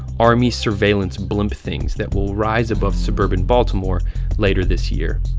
army surveillance blimp-things that will rise above suburban baltimore later this year.